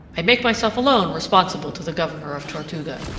i make myself alone responsible to the governor of tortuga.